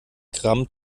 gramm